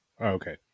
Okay